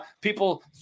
People